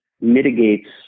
mitigates